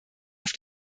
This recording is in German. auf